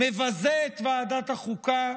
מבזה את ועדת החוקה,